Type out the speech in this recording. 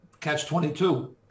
Catch-22